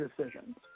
decisions